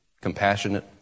compassionate